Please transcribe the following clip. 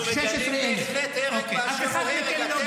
אנחנו מגנים בהחלט הרג באשר הוא הרג.